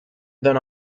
than